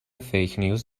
فیکنیوز